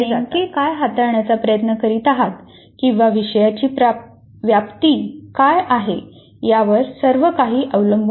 आपण नेमके काय हाताळण्याचा प्रयत्न करीत आहात किंवा विषयची व्याप्ती काय आहे यावर सर्व काही अवलंबून आहे